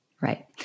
Right